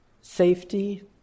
safety